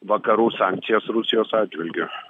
vakarų sankcijas rusijos atžvilgiu